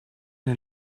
den